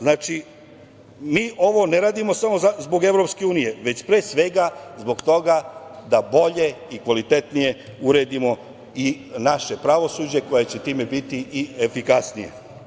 Znači, mi ovo ne radimo samo zbog EU, već pre svega zbog toga da bolje i kvalitetnije uredimo i naše pravosuđe koje će time biti i efikasnije.